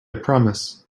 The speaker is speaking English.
promise